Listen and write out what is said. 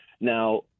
Now